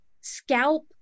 scalp